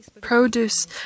produce